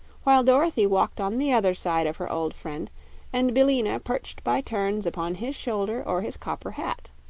while dorothy walked on the other side of her old friend and billina perched by turns upon his shoulder or his copper hat.